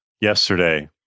yesterday